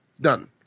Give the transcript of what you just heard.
Done